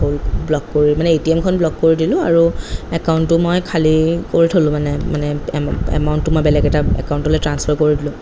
hold block কৰি মানে A T এমখন ব্লক কৰি দিলোঁ আৰু একাউণ্টটো মই খালী কৰি থ'লোঁ মানে মানে এমাউণ্টটো মই বেলেগ এটা একাউণ্টলৈ ট্ৰান্সফাৰ কৰি দিলোঁ